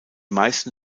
meisten